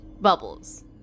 bubbles